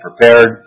prepared